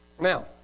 now